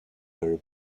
very